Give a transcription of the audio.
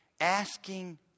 asking